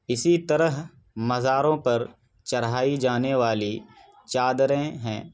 اسی طرح مزاروں پر چڑھائی جانے والی چادریں ہیں